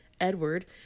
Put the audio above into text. Edward